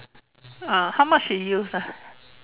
ah how much he use ah